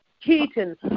Keaton